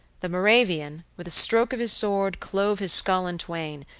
the moravian, with a stroke of his sword, clove his skull in twain,